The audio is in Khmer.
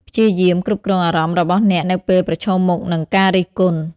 ព្យាយាមគ្រប់គ្រងអារម្មណ៍របស់អ្នកនៅពេលប្រឈមមុខនឹងការរិះគន់។